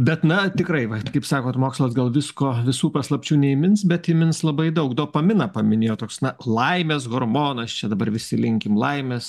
bet na tikrai va kaip sakot mokslas gal visko visų paslapčių neįmins bet įmins labai daug dopaminą paminėjot toks na laimės hormonas čia dabar visi linkim laimės